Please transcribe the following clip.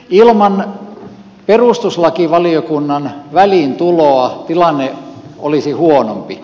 ilman perustuslakivaliokunnan väliintuloa tilanne olisi huonompi